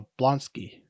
Blonsky